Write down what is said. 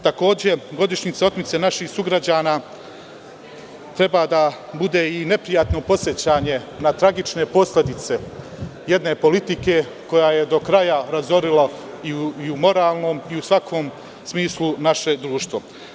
Takođe, godišnjica otmice naših sugrađana treba da bude i neprijatno podsećanje na tragične posledice jedne politike koja je do kraja razorila i u moralnom i u svakom smislu naše društvo.